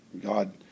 God